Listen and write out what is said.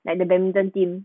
like the badminton team